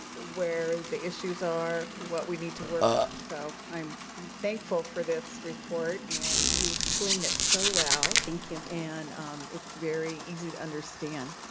where the issues are, what we need to work on. so, i'm thankful for this report, and you explain it so well. thank you. and it's very easy to understand.